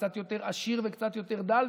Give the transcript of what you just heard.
קצת יותר עשיר וקצת יותר דל,